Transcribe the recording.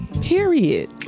Period